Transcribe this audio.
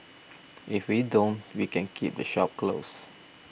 if we don't we can keep the shop closed